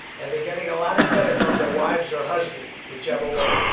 and they're getting a lot of credit from their wives or husband, whichever one.